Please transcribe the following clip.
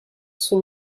son